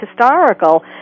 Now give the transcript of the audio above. historical